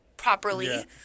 properly